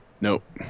Nope